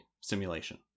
simulation